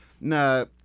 now